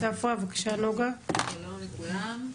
שלום לכולם.